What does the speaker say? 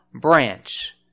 branch